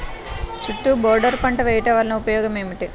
చుట్టూ బోర్డర్ పంట వేయుట వలన ఉపయోగం ఏమిటి?